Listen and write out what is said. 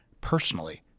personally